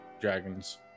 dragons